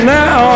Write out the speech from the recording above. now